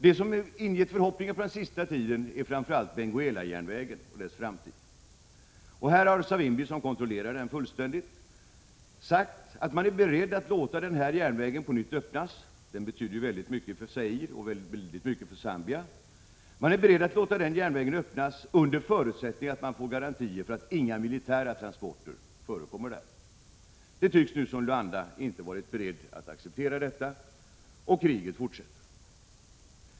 Det som ingett förhoppningar under den senaste tiden är framför allt Benguelajärnvägen och dess framtid. Savimbi, som kontrollerar den fullständigt, har sagt att man är beredd att på nytt låta denna järnväg öppnas. Den betyder ju mycket för både Zaire och Zambia. Förutsättningen för dess öppnande är att garantier ges mot militära transporter. Det tycks som om Luanda inte varit beredd att acceptera detta, och kriget fortsätter.